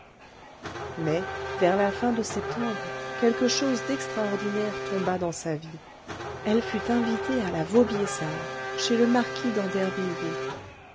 mais vers la fin de septembre quelque chose d'extraordinaire tomba dans sa vie elle fut invitée à la vaubyessard chez le marquis